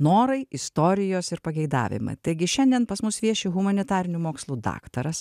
norai istorijos ir pageidavimai taigi šiandien pas mus vieši humanitarinių mokslų daktaras